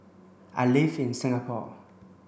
I live in Singapore